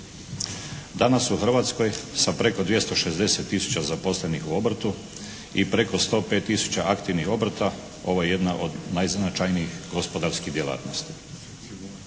Danas u Hrvatskoj sa preko 260 tisuća zaposlenih u obrtu i preko 105 tisuća aktivnih obrta ovo je jedna od najznačajnijih gospodarskih djelatnosti.